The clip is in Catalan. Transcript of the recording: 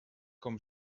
com